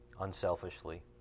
unselfishly